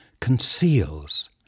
conceals